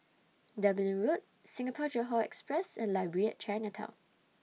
Dublin Road Singapore Johore Express and Library At Chinatown